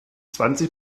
zwanzig